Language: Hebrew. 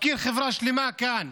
מפקיר חברה שלמה כאן.